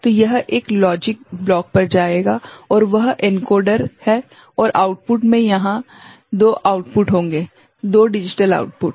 तो यह एक लॉजिक ब्लॉक पर जाएगा और वह एनकोडर है और आउटपुट में यहाँ 2 आउटपुट होंगे 2 डिजिटल आउटपुट